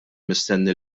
mistenni